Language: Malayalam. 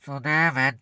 സുദേവൻ